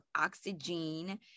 oxygen